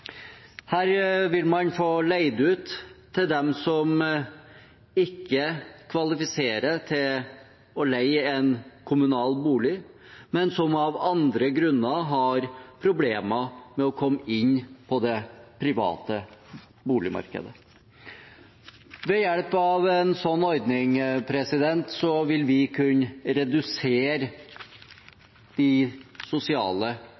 Her vil man få leid ut til dem som ikke kvalifiserer til å leie en kommunal bolig, men som av andre grunner har problemer med å komme inn på det private boligmarkedet. Ved hjelp av en sånn ordning vil vi kunne redusere de sosiale